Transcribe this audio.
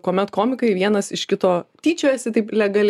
kuomet komikai vienas iš kito tyčiojasi taip legaliai